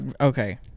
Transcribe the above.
Okay